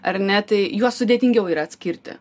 ar ne tai juos sudėtingiau yra atskirti